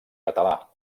català